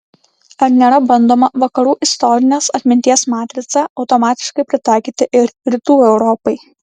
ar nėra bandoma vakarų istorinės atminties matricą automatiškai pritaikyti ir rytų europai